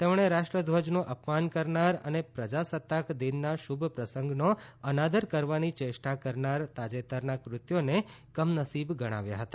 તેમણે રાષ્ટ્રધ્વજનું અપમાન કરનાર અને પ્રજાસત્તાક દિનના શુભ પ્રસંગનો અનાદર કરવાની ચેષ્ટા કરનાર તાજેતરનાં કૃત્યોને કમનસીબ ગણાવ્યા હતા